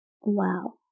Wow